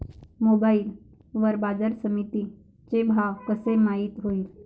Mobile वर बाजारसमिती चे भाव कशे माईत होईन?